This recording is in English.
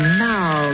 now